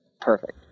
perfect